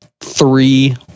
three